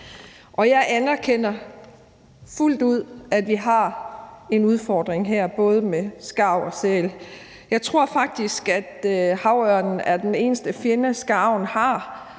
Jeg anerkender fuldt ud, at vi har en udfordring her, både med skarven og sælen. Jeg tror faktisk, at havørnen er den eneste fjende, skarven har.